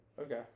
Okay